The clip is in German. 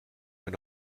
wenn